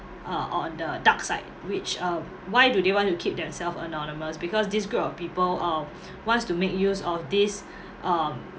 uh on the dark side which uh why do they want to keep themself anonymous because this group of people uh wants to make use of this um